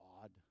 odd